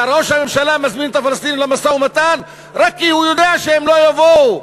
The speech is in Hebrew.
וראש הממשלה מזמין את הפלסטינים למשא-ומתן רק כי הוא יודע שהם לא יבואו?